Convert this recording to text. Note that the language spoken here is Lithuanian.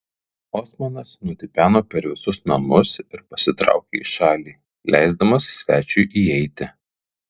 osmanas nutipeno per visus namus ir pasitraukė į šalį leisdamas svečiui įeiti